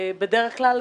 בדרך כלל,